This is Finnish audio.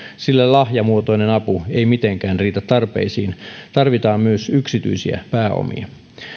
sillä lahjamuotoinen apu ei mitenkään riitä tarpeisiin tarvitaan myös yksityisiä pääomia